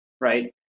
right